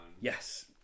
Yes